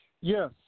yes